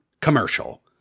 commercial